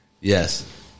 Yes